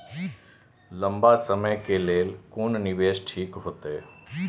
लंबा समय के लेल कोन निवेश ठीक होते?